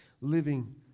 living